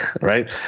Right